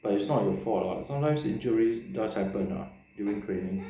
but it's not your fault lah sometimes injuries does happen ah during training